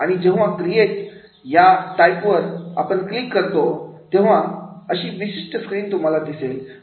आणि जेव्हा क्रिएट या टाईप वर आपण क्लिक करत असतो तेव्हा अशी विशिष्ट स्क्रीन तुम्हाला दिसेल